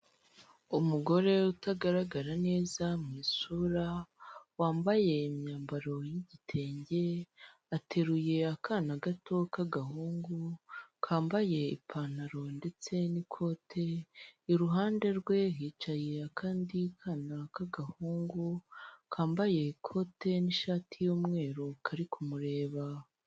Umugore utagaragara neza mu isura wambaye imyambaro y'igitenge, ateruye akana gato k'agahungu kambaye ipantaro ndetse n'ikote, iruhande rwe hicaye akandi kana k'agahungu kambaye ikote n'ishati y'umweru kari kumureba.